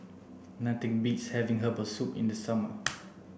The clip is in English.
nothing beats having herbal soup in the summer